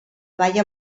baia